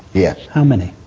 yes. how many?